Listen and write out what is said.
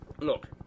Look